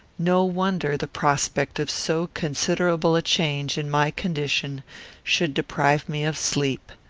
no wonder the prospect of so considerable a change in my condition should deprive me of sleep.